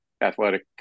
athletic